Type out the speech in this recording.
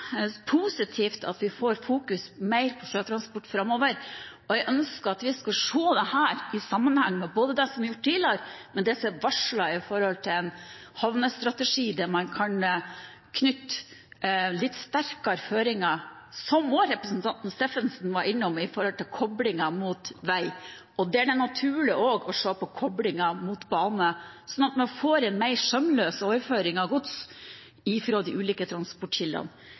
det er positivt at vi får mer fokus på sjøtransport framover. Jeg ønsker at vi skal se dette i sammenheng med både det som er gjort tidligere, og det som er varslet i tilknytning til en havnestrategi der man kan knytte litt sterkere føringer – som også representanten Steffensen var innom – til koblingen mot vei, og der det er naturlig også å se på koblingen mot bane, sånn at man får en mer sømløs overføring av gods fra de ulike transportkildene.